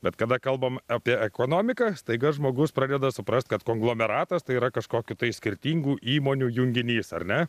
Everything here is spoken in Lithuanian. bet kada kalbam apie ekonomiką staiga žmogus pradeda suprast kad konglomeratas tai yra kažkokių tai skirtingų įmonių junginys ar ne